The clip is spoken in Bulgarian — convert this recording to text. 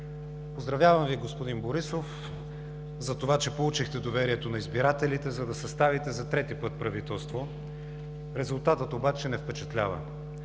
Поздравявам Ви, господин Борисов, за това, че получихте доверието на избирателите, за да съставите за трети път правителство. Резултатът обаче не впечатлява.